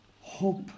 hope